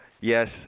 Yes